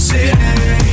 City